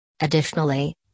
Additionally